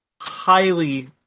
highly